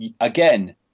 again